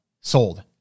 sold